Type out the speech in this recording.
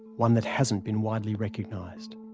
one that hasn't been widely recognised.